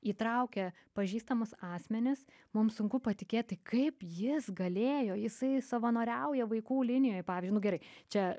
įtraukė pažįstamus asmenis mums sunku patikėt tai kaip jis galėjo jisai savanoriauja vaikų linijoj pavyzdžiui nu gerai čia